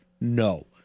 No